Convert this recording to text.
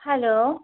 hello